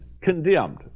condemned